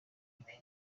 ibi